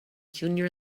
junior